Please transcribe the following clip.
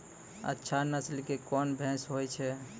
अच्छा नस्ल के कोन भैंस होय छै?